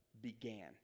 began